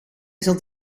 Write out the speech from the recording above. zat